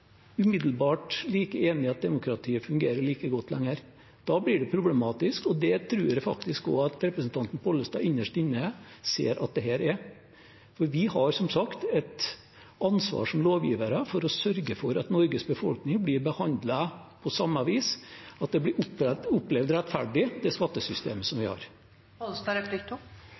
enig i at demokratiet fungerer like godt lenger. Da blir det problematisk, og det tror jeg faktisk også at representanten Pollestad innerst inne ser at det er. For vi har, som sagt, et ansvar som lovgivere for å sørge for at Norges befolkning blir behandlet på samme vis, og at det blir opplevd rettferdig, det skattesystemet som vi